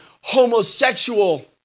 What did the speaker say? homosexual